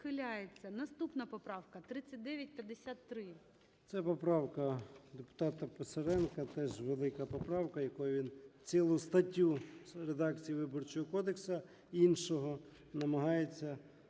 Наступна поправка - 3953.